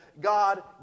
God